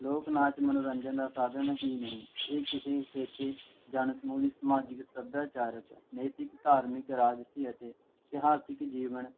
ਲੋਕ ਨਾਚ ਮਨੋਰੰਜਨ ਦਾ ਸਾਧਨ ਹੀ ਨਹੀਂ ਇਹ ਕਿਸੇ ਖੇਤੀ ਜਨ ਸਮੂਹ ਦੀ ਸਮਾਜਿਕ ਸਭਿਆਚਾਰਕ ਨੈਤਿਕ ਧਾਰਮਿਕ ਰਾਜਸੀ ਅਤੇ ਇਤਿਹਾਸਿਕ ਜੀਵਨ